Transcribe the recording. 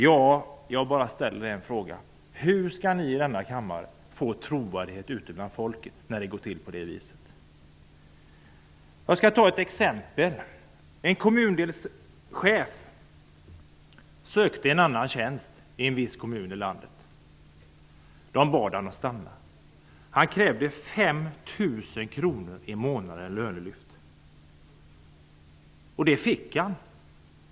Ja, jag bara undrar: Hur skall ni i denna kammare kunna skapa trovärdighet hos folket när det går till på det här viset? Jag skall anföra ett exempel. En kommundelschef i en viss kommun i landet sökte en annan tjänst. Han ombads stanna kvar. Han krävde då 5 000 kr i månatligt lönelyft. Det fick han också.